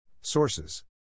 Sources (